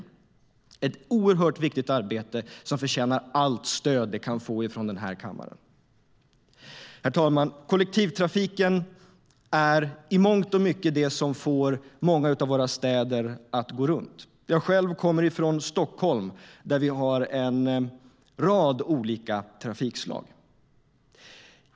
Det är ett oerhört viktigt arbete som förtjänar allt stöd det kan få från den här kammaren. Herr talman! Kollektivtrafiken är i mångt och mycket det som får många av våra städer att gå runt. Jag kommer från Stockholm där vi har en rad olika trafikslag.